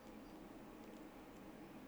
oh ya lah definitely